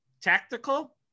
tactical